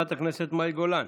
חברת הכנסת מאי גולן.